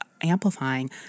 amplifying